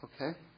Okay